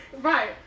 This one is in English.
Right